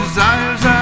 Desires